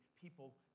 people